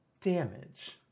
damage